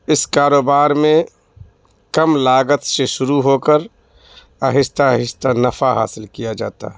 اس کاروبار میں کم لاگت سے شروع ہو کر آہستہ آہستہ نفع حاصل کیا جاتا ہے